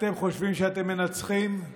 אתם חושבים שאתם מנצחים,